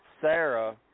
Sarah